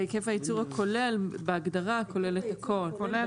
אבל היקף הייצור הכולל, בהגדרה, כולל את הכול.